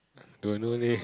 don't know leh